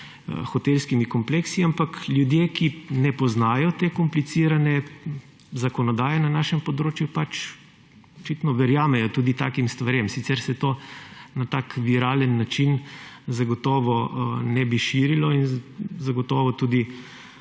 hotelskimi kompleksi. Ampak ljudje, ki ne poznajo te komplicirane zakonodaje na našem področju, očitno verjamejo tudi takim stvarem, sicer se to na tak viralen način zagotovo ne bi širilo in zagotovo tudi